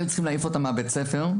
היו צריכים להעיף אותם מבית הספר,